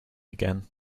again